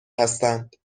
هستند